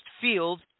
Field